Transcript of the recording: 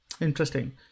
Interesting